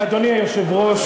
היושב-ראש,